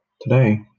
Today